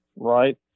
right